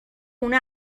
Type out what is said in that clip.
خونه